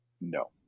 No